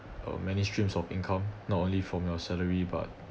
uh many streams of income not only from your salary but